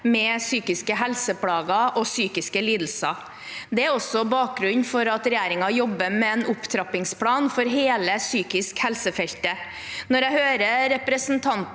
med psykiske helseplager og psykiske lidelser. Det er også bakgrunnen for at regjeringen jobber med en opptrappingsplan for hele psykisk helse-feltet. Jeg hører representanten